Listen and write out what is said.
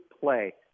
play